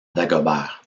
dagobert